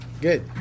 Good